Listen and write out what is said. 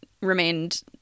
remained